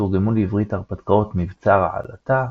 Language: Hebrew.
תורגמו לעברית ההרפתקאות "מבצר העלטה",